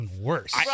worse